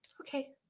okay